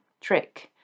trick